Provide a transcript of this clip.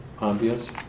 obvious